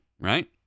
right